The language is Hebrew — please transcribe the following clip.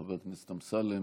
חבר הכנסת אמסלם,